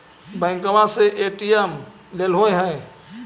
बैंकवा से ए.टी.एम लेलहो है?